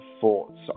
thoughts